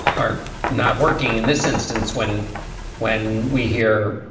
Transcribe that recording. are not working in this instance when when we hear,